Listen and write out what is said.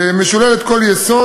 משוללת כל יסוד.